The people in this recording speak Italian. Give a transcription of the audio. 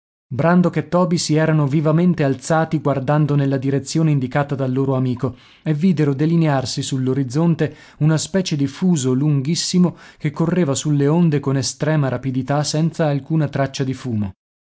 brandok e toby si erano vivamente alzati guardando nella direzione indicata dal loro amico e videro delinearsi sull'orizzonte una specie di fuso lunghissimo che correva sulle onde con estrema rapidità senza alcuna traccia di fumo